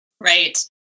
Right